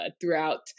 throughout